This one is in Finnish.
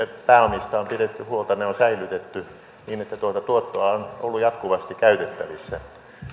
pääomista on pidetty huolta ne on säilytetty niin että tuota tuottoa on ollut jatkuvasti käytettävissä